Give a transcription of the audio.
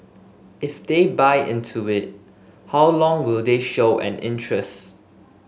if they buy into it how long will they show an interest